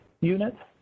units